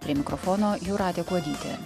prie mikrofono jūratė kuodytė